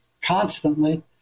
constantly